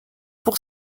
pour